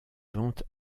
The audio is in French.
ventes